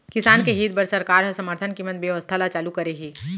किसान के हित बर सरकार ह समरथन कीमत बेवस्था ल चालू करे हे